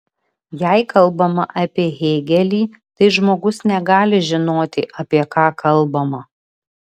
jei kalbama apie hėgelį tai žmogus negali žinoti apie ką kalbama